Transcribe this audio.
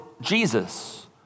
Jesus